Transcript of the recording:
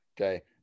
Okay